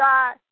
God